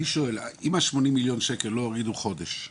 אני שואל אם ה-80 מיליון ש"ח לא הורידו חודש,